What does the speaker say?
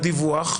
הדיווח?